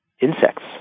insects